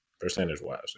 percentage-wise